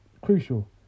crucial